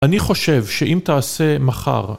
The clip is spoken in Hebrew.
אני חושב שאם תעשה מחר